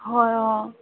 হয় অঁ